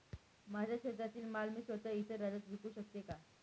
माझ्या शेतातील माल मी स्वत: इतर राज्यात विकू शकते का?